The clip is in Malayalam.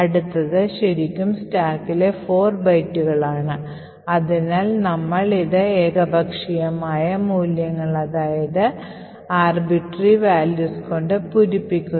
അടുത്തത് ശരിക്കും സ്റ്റാക്കിലെ 4 ബൈറ്റുകളായിരുന്നു അതിനാൽ നമ്മൾ ഇത് ചില ഏകപക്ഷീയമായ മൂല്യങ്ങൾ കൊണ്ട് പൂരിപ്പിക്കുന്നു